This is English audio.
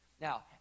Now